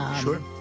Sure